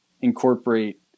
incorporate –